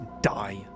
die